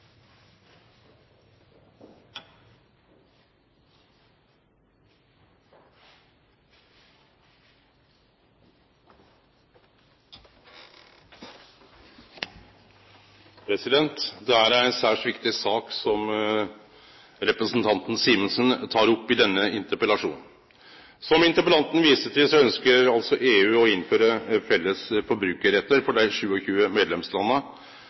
Det er ei særs viktig sak som representanten Simensen tek opp i denne interpellasjonen. Som interpellanten viste til, ønskjer EU å innføre felles forbrukarrettar for dei